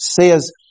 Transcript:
says